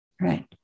Right